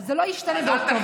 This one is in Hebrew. זה לא ישתנה באוקטובר.